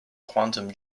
quantum